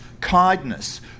kindness